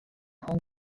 hong